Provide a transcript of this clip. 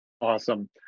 Awesome